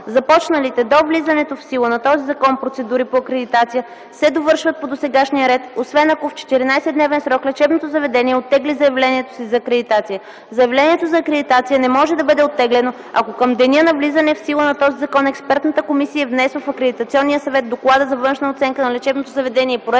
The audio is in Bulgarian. Започналите до влизането в сила на този закон процедури по акредитация се довършват по досегашния ред, освен ако в 14-дневен срок лечебното заведение оттегли заявлението си за акредитация. Заявлението за акредитация не може да бъде оттеглено, ако към деня на влизане в сила на този закон експертната комисия е внесла в Акредитационния съвет доклада за външна оценка на лечебното заведение и проекта